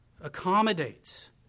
accommodates